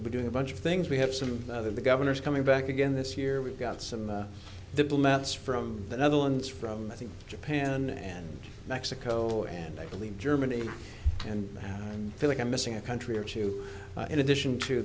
be doing a bunch of things we have some of the governors coming back again this year we've got some diplomats from the netherlands from japan and mexico and i believe germany and i'm feeling i'm missing a country or two in addition to